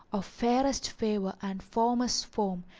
of fairest favour and formous form,